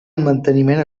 manteniment